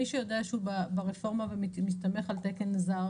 מי שיודע שהוא ברפורמה והוא מסתמך על תקן זר,